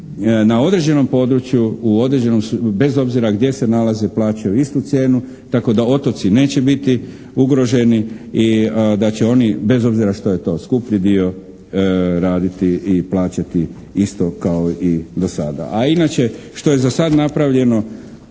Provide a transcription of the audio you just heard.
u određenom, bez obzira gdje se nalaze plaćaju istu cijenu, tako da otoci neće biti ugroženi i da će oni bez obzira što je to skuplji dio raditi i plaćati isto kao i do sada. A inače, što je za sad napravljeno,